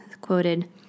quoted